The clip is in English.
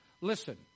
listen